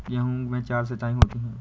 गेहूं में चार सिचाई होती हैं